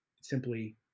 simply